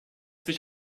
sich